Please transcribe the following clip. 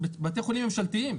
אלו בתי חולים ממשלתיים,